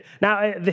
Now